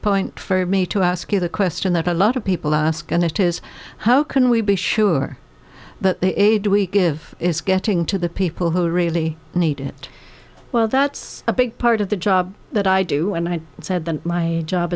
point for me to ask you the question that a lot of people ask and it is how can we be sure that the aid we give is getting to the people who really need it well that's a big part of the job that i do when i said that my job